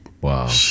Wow